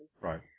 Right